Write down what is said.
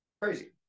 Crazy